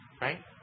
Right